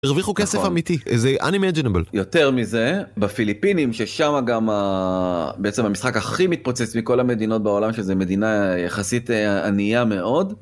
הרוויחו כסף אמיתי זה אנאימיג'נבייל, יותר מזה בפיליפינים ששמה גם... בעצם המשחק הכי מתפוצץ מכל המדינות בעולם שזה מדינה יחסית ענייה מאוד.